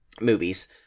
movies